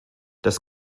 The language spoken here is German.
das